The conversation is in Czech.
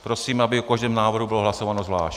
Prosím, aby o každém návrhu bylo hlasováno zvlášť.